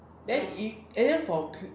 then if and then for